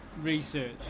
research